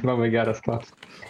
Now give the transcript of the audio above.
labai geras klausimas